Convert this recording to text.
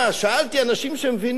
שאלתי אנשים שמבינים,